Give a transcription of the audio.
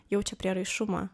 jaučia prieraišumą